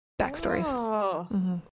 backstories